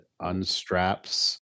unstraps